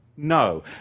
no